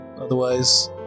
otherwise